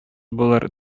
булыр